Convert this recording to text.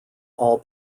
all